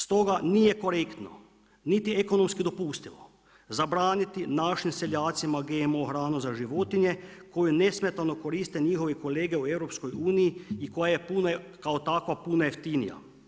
S toga nije korektno niti ekonomski dopustivo zabraniti našim seljacima GMO hranu za životinje koju nesmetano koriste njihovi kolege u EU-u, i koja je takva puno jeftinija.